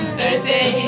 Thursday